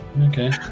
okay